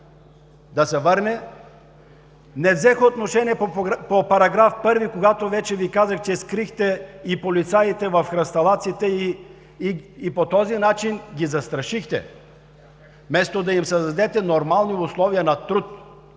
Да се върне! Не взех отношение по § 1, когато Ви казах, че скрихте полицаите в храсталаците и по този начин ги застрашихте, вместо да им създадете нормални условия на труд.